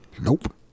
Nope